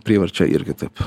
priverčia irgi taip